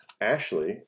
Ashley